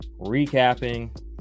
recapping